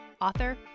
author